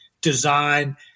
design